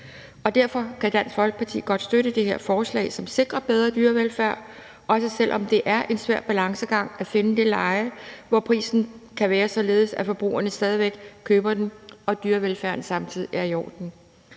Derfor kan Dansk Folkeparti godt støtte det her forslag, som sikrer bedre dyrevelfærd, også selv om det er en svær balancegang at finde det leje, hvor prisen kan være således, at forbrugerne stadig væk køber varen, og dyrevelfærden samtidig er i orden.